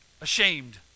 ashamed